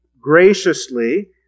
graciously